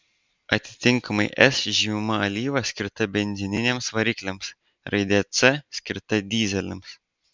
atitinkamai s žymima alyva skirta benzininiams varikliams raide c skirta dyzeliams